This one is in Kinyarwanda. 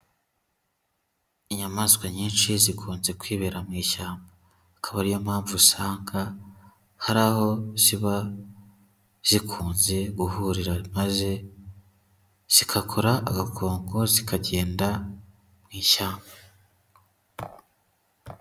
Inyamaswa nyinshi zikunze kwibera mu ishyamba. Akaba ari yo mpamvu usanga hari aho ziba zikunze guhurira, maze zigakora agakungu, zikagenda mu ishyamba.